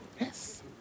Yes